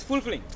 it's fulfilling